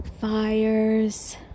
fires